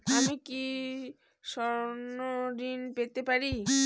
আমি কি স্বর্ণ ঋণ পেতে পারি?